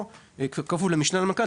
או למשנה למנכ"ל.